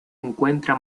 encuentra